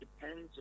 depends